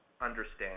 understand